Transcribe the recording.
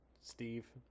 Steve